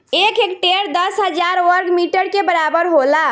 एक हेक्टेयर दस हजार वर्ग मीटर के बराबर होला